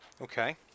Okay